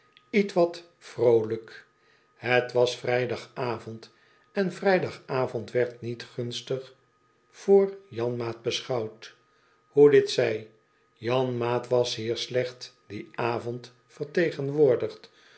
ietwat vroolijk het was vrijdagavond en vrijdagavond werd niet gunstig voor janmaat beschouwd hoe dit zij janmaat was hier slecht dien avond vertegenwoordigd